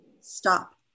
stop